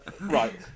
Right